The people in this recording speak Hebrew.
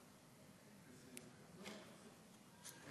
אין